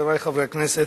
חברי חברי הכנסת,